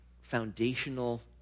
foundational